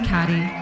Caddy